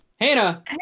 Hannah